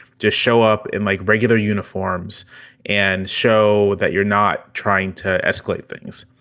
just show up in, like, regular uniforms and show that you're not trying to escalate things.